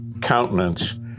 countenance